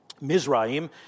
Mizraim